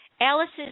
Alice's